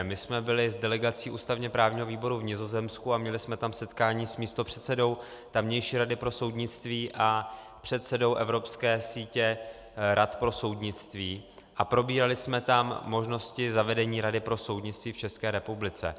My jsme byli s delegací ústavněprávního výboru v Nizozemsku a měli jsme tam setkání s místopředsedou tamější rady pro soudnictví a předsedou evropské sítě rad pro soudnictví a probírali jsme tam možnosti zavedení rady pro soudnictví v České republice.